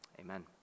amen